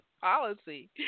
Policy